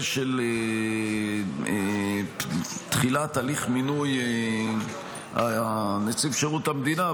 של תחילת הליך מינוי נציב שירות המדינה,